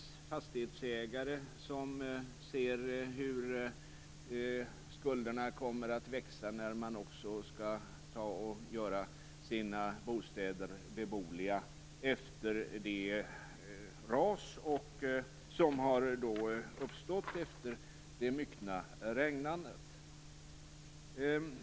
Det är fastighetsägare som ser hur skulderna kommer att växa när man skall göra sina bostäder beboeliga efter de ras som har förekommit efter det myckna regnandet.